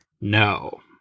No